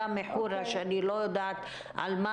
אני לא יודעת על מה